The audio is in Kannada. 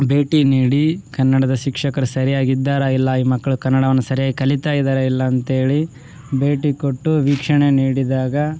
ಭೇಟಿ ನೀಡಿ ಕನ್ನಡದ ಶಿಕ್ಷಕರು ಸರಿಯಾಗಿದ್ದಾರ ಇಲ್ಲ ಈ ಮಕ್ಕಳು ಕನ್ನಡವನ್ನು ಸರಿಯಾಗಿ ಕಲಿತ ಇದಾರ ಇಲ್ಲಾಂತೇಳಿ ಭೇಟಿ ಕೊಟ್ಟು ವೀಕ್ಷಣೆ ನೀಡಿದಾಗ